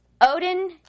Odin